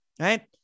right